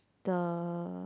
the